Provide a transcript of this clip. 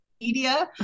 media